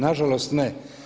Nažalost ne.